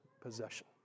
possession